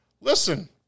Listen